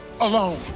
alone